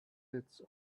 its